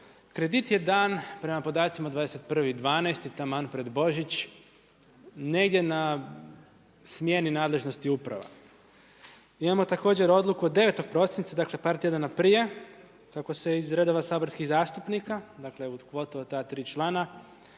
Kredit je dan prema podacima 21.12. taman pred Božić negdje na smjeni nadležnosti uprava. Imamo također odluku od 9. prosinca dakle par tjedana prije kako se iz redova saborskih zastupnika, dakle u kvotu od ta tri člana